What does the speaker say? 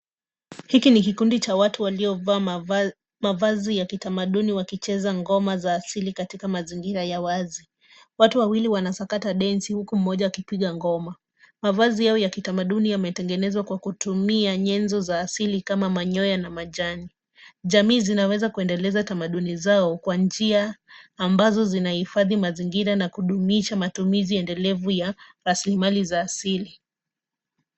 Hiki ni kikundi cha watu waliovaa mavazi ya kitamaduni wakicheza ngoma za asili katika mazingira ya wazi. Watu wawili wanasakata densi huku mmoja akipiga ngoma. Mavazi yao ya kitamaduni yametengenezwa kwa kutumia nyenzo za asili kama manyoya na majani. Jamii zinaweza kuendeleza tamaduni zao kwa njia ambazo zinahifadhi mazingira na kudumisha matumizi endelevu ya rasilimali za asili.